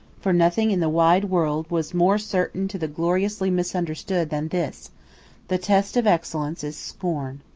for nothing in the wide world was more certain to the gloriously misunderstood than this the test of excellence is scorn.